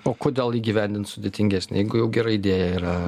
o kodėl įgyvendint sudėtingesnė jeigu jau gera idėja yra